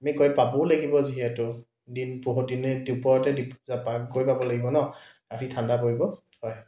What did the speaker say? আমি গৈ পাবও লাগিব যিহেতু দিন পোহৰ দিনে দুপৰতে তাৰপৰা গৈ পাব লাগিব ন ৰাতি ঠাণ্ডা পৰিব হয়